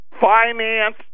Finance